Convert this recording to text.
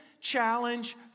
challenge